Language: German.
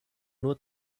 nur